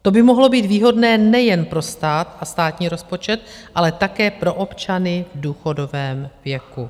To by mohlo být výhodné nejen pro stát a státní rozpočet, ale také pro občany v důchodovém věku.